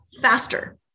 faster